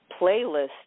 playlist